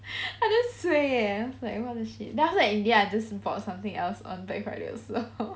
I just suay eh like what the shit then after that in the end I just bought something else on black friday also